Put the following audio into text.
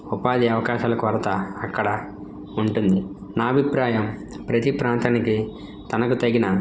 ఉపాధి అవకాశాలు కొరత అక్కడ ఉంటుంది నా అభిప్రాయం ప్రతీ ప్రాంతానికి తనకు తగిన